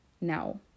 now